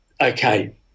Okay